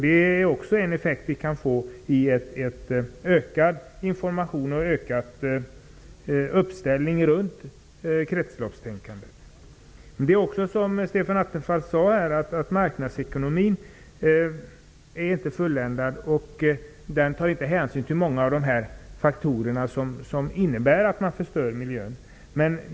Det är också en effekt vi kan få med ökad information och ökad uppställning runt kretsloppstänkandet. Det är också så, som Stefan Attefall sade, att marknadsekonomin inte är fulländad och att den inte tar hänsyn till många av de faktorer som innebär att miljön förstörs.